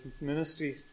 ministry